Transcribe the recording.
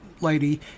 lady